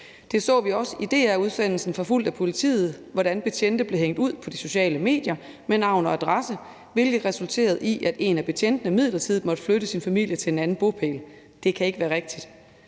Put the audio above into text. i forbindelse med DR-udsendelsen »Forfulgt af politiet«, hvor betjente blev hængt ud på de sociale medier med navn og adresse, hvilket resulterede i, at en af betjentene midlertidigt måtte flytte sin familie til en anden bopæl. Det kan ikke være rigtigt.